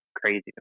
crazy